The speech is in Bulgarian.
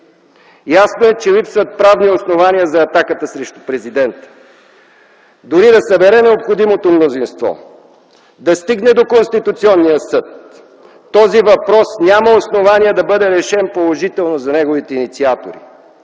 Ясно е, че липсват правни основания за атаката срещу президента. Дори да събере необходимото мнозинство, да стигне до Конституционния съд, този въпрос няма основания да бъде решен положително за неговите инициатори.